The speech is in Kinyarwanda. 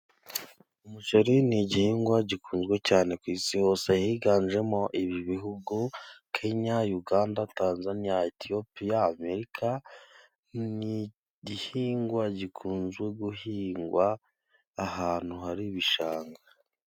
Umuceri ni igihingwa gikunzwe cyane ku isi hose higanjemo ibi bihugu: Kenya, Uganda, Tanzania Etiyopiya, Amerika. Ni igihingwa gikunzwe guhingwa ahantu hari ibishanga.